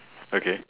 okay